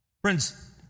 Friends